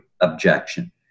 objection